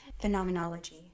Phenomenology